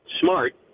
smart